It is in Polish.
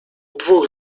dwóch